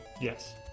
Yes